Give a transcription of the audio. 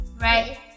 Right